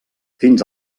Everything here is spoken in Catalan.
fins